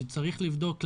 שצריך לבדוק למה,